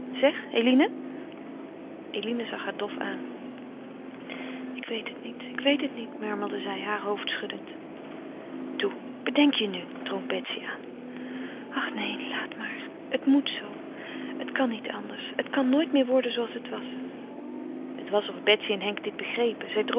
zeg eline eline zag haar dof aan ik weet het niet ik weet het niet murmelde zij haar hoofd schuddend toe bedenk je nu drong batsy aan ach neen laat maar het moet zoo het kan niet anders het kan nooit meer worden zooals het was het was of betsy en henk dit begrepen zij